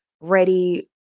ready